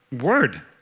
word